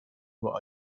nur